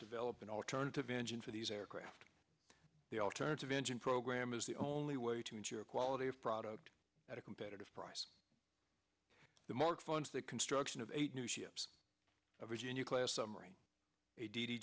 develop an alternative engine for these aircraft the alternative engine program is the only way to ensure quality of product at a competitive price the mark funds the construction of eight new ships a virginia class summary a d d